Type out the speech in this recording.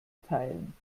teilen